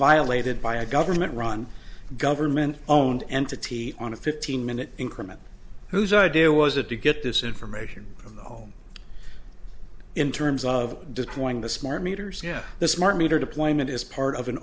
violated by a government run government owned entity on a fifteen minute increment whose idea was it to get this information from the home in terms of deploying the smart meters yeah the smart meter deployment is part of an